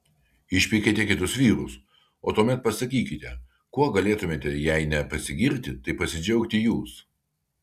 išpeikėte kitus vyrus o tuomet pasakykite kuo galėtumėte jei ne pasigirti tai pasidžiaugti jūs